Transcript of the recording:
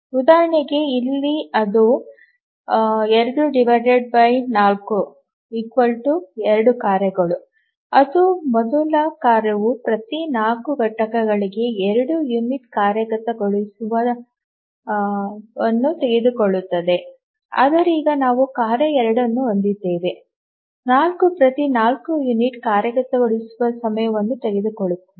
ಉದಾಹರಣೆಗೆ ಇಲ್ಲಿ ಅದು 242 ಕಾರ್ಯಗಳು ಅದು ಮೊದಲ ಕಾರ್ಯವು ಪ್ರತಿ 4 ಘಟಕಗಳಿಗೆ 2 ಯುನಿಟ್ ಕಾರ್ಯಗತಗೊಳಿಸುವ ತೆಗೆದುಕೊಳ್ಳುತ್ತದೆ ಆದರೆ ಈಗ ನಾವು ಕಾರ್ಯ 2 ಅನ್ನು ಹೊಂದಿದ್ದೇವೆ 4 ಪ್ರತಿ 4 ಯುನಿಟ್ ಕಾರ್ಯಗತಗೊಳಿಸುವ ಸಮಯವನ್ನು ತೆಗೆದುಕೊಳ್ಳುತ್ತದೆ